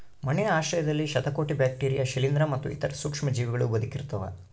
ಮಣ್ಣಿನ ಆಶ್ರಯದಲ್ಲಿ ಶತಕೋಟಿ ಬ್ಯಾಕ್ಟೀರಿಯಾ ಶಿಲೀಂಧ್ರ ಮತ್ತು ಇತರ ಸೂಕ್ಷ್ಮಜೀವಿಗಳೂ ಬದುಕಿರ್ತವ